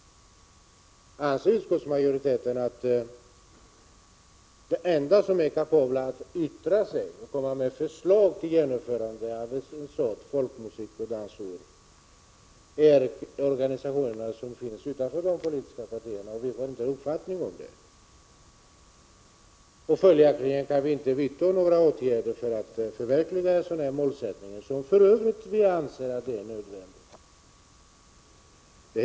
Anser utskottsmajoriteten att de enda som är kapabla att yttra sig och komma med förslag till ett genomförande av ett särskilt folkmusikens och folkdansens år är de organisationer som finns utanför de politiska partierna och att vi inte kan ha någon mening om saken? Följaktligen skulle det vara omöjligt att vidta åtgärder för att förverkliga ett mål som för övrigt anses viktigt.